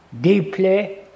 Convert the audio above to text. deeply